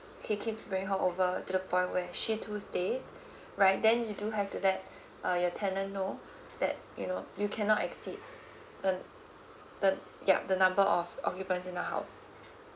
kick it bring her over to the point where she two stay right then you do have to let uh your tenant know that you know you cannot exceed the the ya the number of occupants in the house